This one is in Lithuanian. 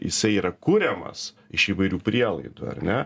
jisai yra kuriamas iš įvairių prielaidų ar ne